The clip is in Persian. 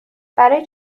برای